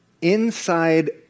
inside